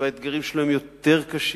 והאתגרים שלו יותר קשים,